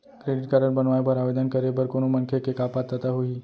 Credit card बनवाए बर आवेदन करे बर कोनो मनखे के का पात्रता होही?